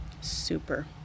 Super